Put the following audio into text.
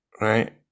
right